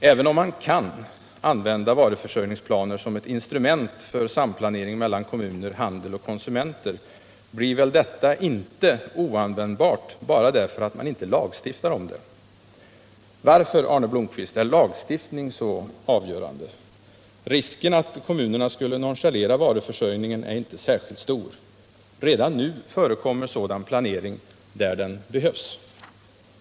Även om man kan använda varuförsörjningsplaner som ett instrument för samplanering mellan kommuner, handel och konsumenter, blir väl detta inte oanvändbart bara för att man inte lagstiftar om det? Varför, Arne Blomkvist, är lagstiftning så avgörande? Risken att kommunerna skulle nonchalera varuförsörjningen är inte särskilt stor. Redan nu förekommer sådan planering — där den behövs!